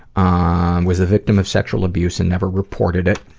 ah was the victim of sexual abuse and never reported it,